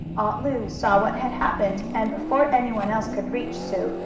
aunt lu saw what had happened, and, before any one else could reach sue,